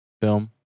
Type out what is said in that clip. Film